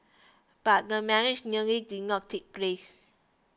but the marriage nearly did not take place